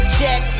check